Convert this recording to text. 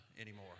anymore